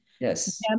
Yes